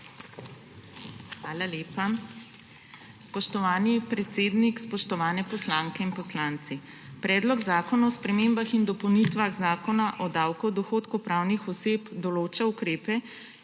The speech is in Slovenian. Hvala lepa. Spoštovani predsednik, spoštovani poslanke in poslanci! Predlog zakona o spremembah in dopolnitvah Zakona o davku od dohodku pravnih oseb določa ukrepe,